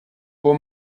bon